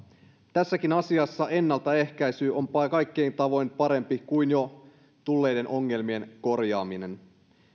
tässäkin asiassa ennaltaehkäisy on kaikin tavoin parempi kuin jo tulleiden ongelmien korjaaminen